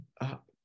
up